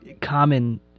common